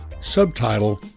Subtitle